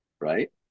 right